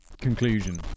conclusion